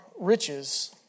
riches